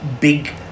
big